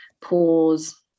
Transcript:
pause